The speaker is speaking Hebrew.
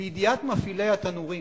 "לידיעת מפעילי התנורים",